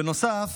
בנוסף